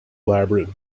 elaborate